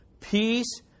Peace